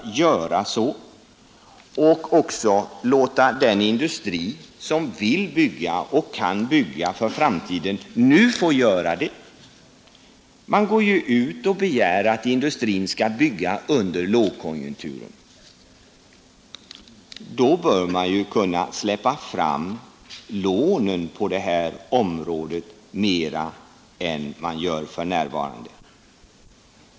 Man bör också nu låta den industri få bygga som vill och kan bygga för framtiden. Man går ju ut och begär att industrin skall bygga under lågkonjunkturen. Då bör man kunna släppa fram lånen på det här området mera än vad man gör för närvarande.